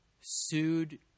sued